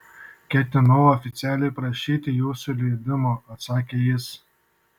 ketinau oficialiai prašyti jūsų leidimo atsakė jis